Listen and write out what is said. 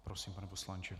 Prosím, pane poslanče.